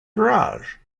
garage